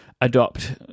adopt